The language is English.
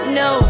no